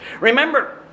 Remember